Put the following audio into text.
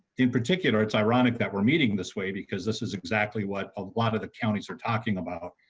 in particular it ironic that we're meeting this way because this is exactly what a lot of the counties are talking about.